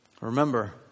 remember